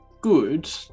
good